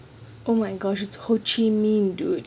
oh my gosh it's ho chih minh dude